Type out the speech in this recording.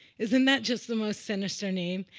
isn't that just the most sinister name?